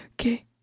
okay